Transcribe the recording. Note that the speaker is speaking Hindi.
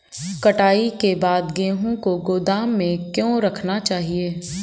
कटाई के बाद गेहूँ को गोदाम में क्यो रखना चाहिए?